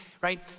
right